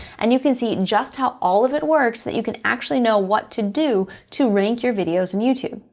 and you can see just how all of it works that you can actually know what to do to rank your videos on and youtube.